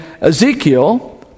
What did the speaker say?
Ezekiel